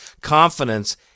confidence